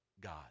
God